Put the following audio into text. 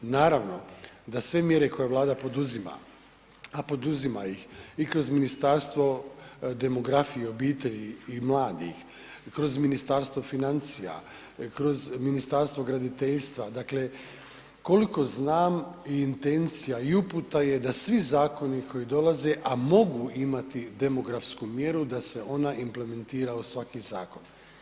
Naravno da sve mjere koje Vlada poduzima, a poduzima ih i kroz Ministarstvo demografije, obitelji i mladih, kroz Ministarstvo financija, kroz Ministarstvo graditeljstva, dakle, koliko znam i intencija i uputa je da svi zakoni koji dolaze, a mogu imati demografsku mjeru, da se ona implementira u svaki zakon.